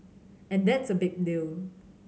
and that's a big deal